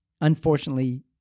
unfortunately